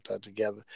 together